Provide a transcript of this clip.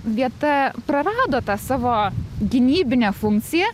vieta prarado tą savo gynybinę funkciją